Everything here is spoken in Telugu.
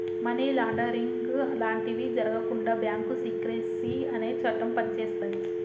మనీ లాండరింగ్ లాంటివి జరగకుండా బ్యాంకు సీక్రెసీ అనే చట్టం పనిచేస్తది